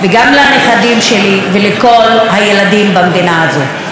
וגם לנכדים שלי ולכל הילדים במדינה הזו.